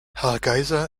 hargeysa